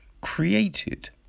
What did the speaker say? created